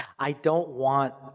i don't want,